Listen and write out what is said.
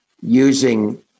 using